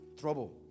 Trouble